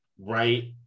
right